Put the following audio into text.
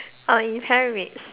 uh inherent